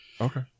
Okay